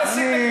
אל תסית נגדי.